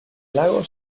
lago